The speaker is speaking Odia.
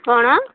କ'ଣ